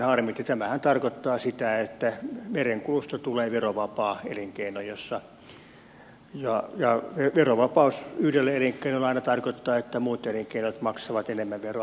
tämähän tarkoittaa sitä että merenkulusta tulee verovapaa elinkeino ja verovapaus yhdelle elinkeinolle aina tarkoittaa että muut elinkeinot maksavat enemmän veroa